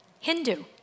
Hindu